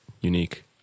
unique